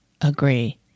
agree